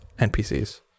NPCs